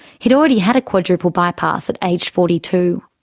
he'd already had a quadruple bypass at aged forty two.